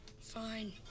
Fine